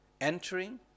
entering